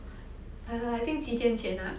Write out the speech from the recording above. I I think 几天前 lah